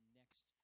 next